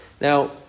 Now